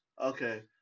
Okay